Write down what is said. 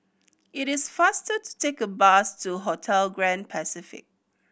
it is faster to take a bus to Hotel Grand Pacific